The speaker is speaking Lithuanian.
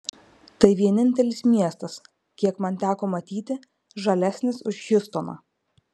tai vienintelis miestas kiek man teko matyti žalesnis už hjustoną